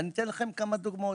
אני אתן לכם כמה דוגמאות.